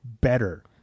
better